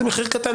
זה מחיר קטן,